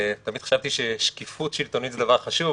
תמיד חשבתי ששקיפות שלטונית זה דבר חשוב,